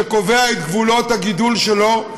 שקובע את גבולות הגידול שלו.